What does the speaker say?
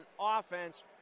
offense